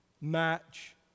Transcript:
match